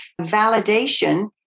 validation